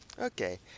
Okay